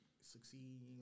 succeed